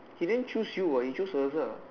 he didn't choose you what he chose Elsa